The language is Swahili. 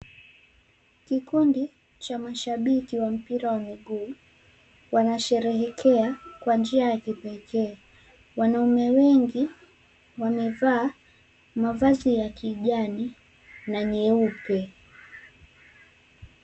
Kikundi cha mashabiki wa mpira wa miguu wanasherehekea kwa njia ya kipekee. Wanaume wengo wanavaa mavazi ya kijani na nyeupe.